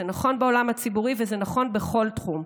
זה נכון בעולם הציבורי וזה נכון בכל תחום.